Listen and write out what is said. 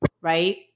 Right